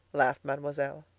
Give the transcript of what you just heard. laughed mademoiselle.